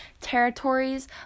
territories